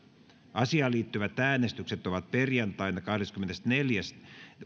asiaan liittyvät äänestykset ovat perjantaina kahdeskymmenesneljäs